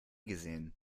gesehen